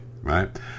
right